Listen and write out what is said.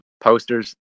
posters